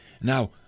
Now